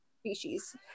species